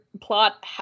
plot